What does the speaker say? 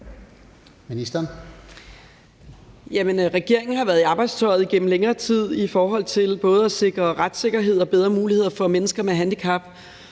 Regeringen har været i arbejdstøjet gennem længere tid i forhold til at sikre både retssikkerhed og bedre muligheder for mennesker med handicap.